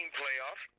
playoff